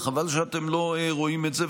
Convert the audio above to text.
וחבל שאתם לא רואים את זה,